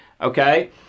okay